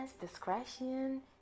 discretion